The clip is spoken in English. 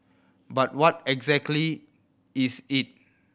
but what exactly is it